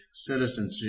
citizenship